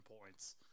points